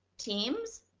teams,